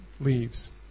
leaves